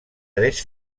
tres